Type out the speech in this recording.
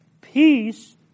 peace